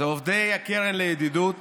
אלה עובדי הקרן לידידות